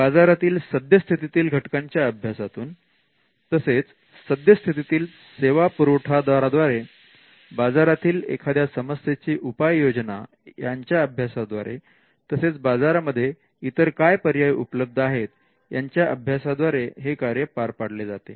बाजारातील सद्यस्थितीतील घटकांच्या अभ्यासातून तसेच सद्यस्थितीतील सेवा पुरवठादारा द्वारे बाजारातील एखाद्या समस्येची उपाययोजना याच्या अभ्यासाद्वारे तसेच बाजारामध्ये इतर काय पर्याय उपलब्ध आहेत याच्या अभ्यासाद्वारे हे कार्य पार पाडले जाते